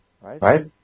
Right